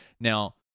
Now